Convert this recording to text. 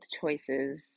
choices